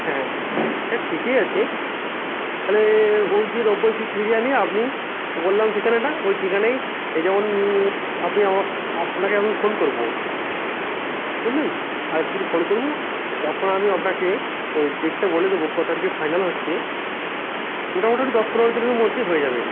হ্যাঁ হ্যাঁ ঠিকই আছে তাহলে ওই যে নব্বই পিস বিরিয়ানি আপনি বললাম ঠিকানাটা ওই ঠিকানায় এই যেমন আপনি আমা আপনাকে আমি ফোন করব বুঝলেন আর এক দিন ফোন করব এ তখন আমি আপনাকে ওই ডেটটা বলে দেবো ক তারিখে ফাইনাল হচ্ছে মোটামুটি দশ পনেরো দিনের মধ্যে হয়ে যাবে